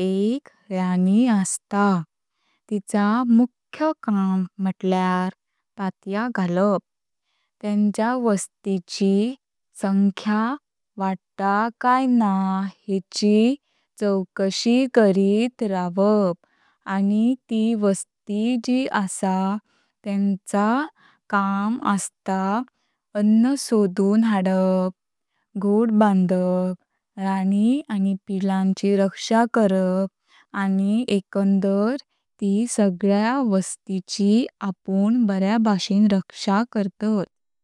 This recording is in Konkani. एक राणी आस्ता। तिचा मुख्य काम म्हुटल्यार ताट्या घालप, तेंचा वस्ती ची संख्या वाढता काय ना हेची चौकशी करीत रवप, आणि त वस्ती जी आसा तेंचा काम आस्ता अण्ण सोडून हडप, घोड बांडप, राणी आणि पिलांची रक्षा करप, आणि एकंदर त सगल्या वस्ती ची आपण बर्या बशेन रक्षा करतात।